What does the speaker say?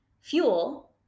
fuel